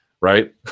right